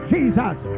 Jesus